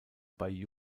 bei